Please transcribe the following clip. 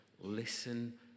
listen